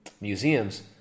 museums